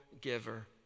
giver